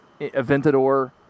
Aventador